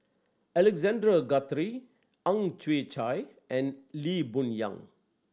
Aalexander Guthrie Ang Chwee Chai and Lee Boon Yang